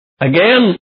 Again